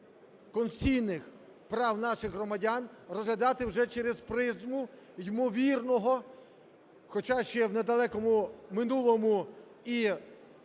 конституційних прав наших громадян, розглядати вже через призму ймовірного, хоча ще в недалекому минулому і